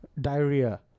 Diarrhea